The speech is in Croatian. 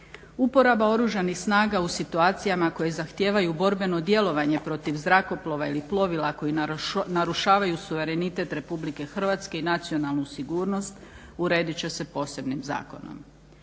Uporaba oružanih snaga u situacijama koje zahtijevaju borbeno djelovanje protiv zrakoplova ili plovila koji narušavaju suverenitet Republike Hrvatske i nacionalnu sigurnost uredit će se posebnim zakonom.